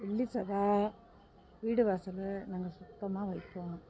வெள்ளி செவ்வாய் வீடு வாசல் நாங்கள் சுத்தமாக வைப்போங்க